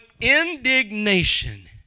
indignation